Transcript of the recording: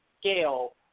scale